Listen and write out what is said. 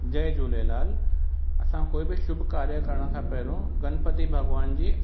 जय झूलेलाल असां कोई बि शुभ कार्य करण खां पहिरिंयो गणपति भॻवानु जी